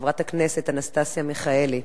חברת הכנסת אנסטסיה מיכאלי,